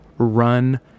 run